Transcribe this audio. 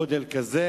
מודל כזה,